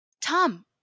Tom